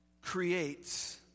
creates